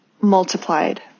multiplied